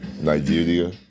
Nigeria